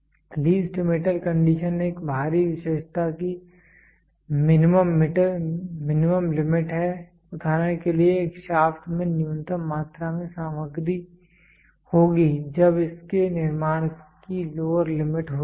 list metal condition एक बाहरी विशेषता की मिनिमम लिमिट है उदाहरण के लिए एक शाफ्ट में न्यूनतम मात्रा में सामग्री होगी जब इसके निर्माण की लोअर लिमिट होती है